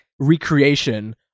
recreation